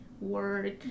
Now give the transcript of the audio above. work